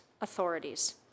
authorities